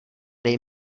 dej